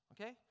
Okay